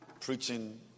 preaching